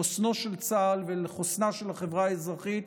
לחוסנו של צה"ל ולחוסנה של החברה האזרחית,